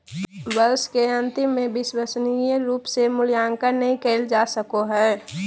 वर्ष के अन्तिम में विश्वसनीय रूप से मूल्यांकन नैय कइल जा सको हइ